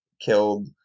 killed